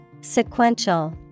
Sequential